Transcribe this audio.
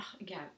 again